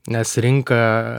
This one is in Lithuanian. nes rinka